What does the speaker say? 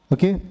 Okay